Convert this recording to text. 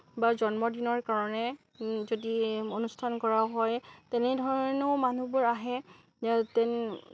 বা জন্মদিনৰ কাৰণে যদি অনুষ্ঠান কৰা হয় তেনেধৰণেও মানুহবোৰ আহে তেন